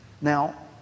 Now